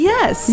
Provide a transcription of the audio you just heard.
Yes